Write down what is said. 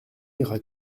iras